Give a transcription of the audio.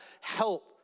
help